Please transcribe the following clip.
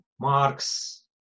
Marx